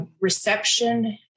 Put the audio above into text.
reception